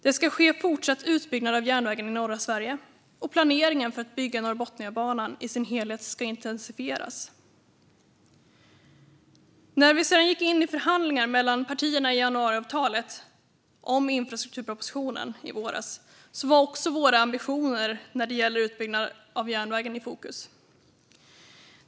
Det ska "ske en fortsatt utbyggnad av järnvägen i norra Sverige och planeringen för att bygga Norrbotniabanan i sin helhet ska intensifieras". När partierna i januariöverenskommelsen i våras gick in i förhandlingar om infrastrukturpropositionen var också våra ambitioner när det gäller utbyggnad av järnvägen i fokus.